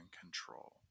control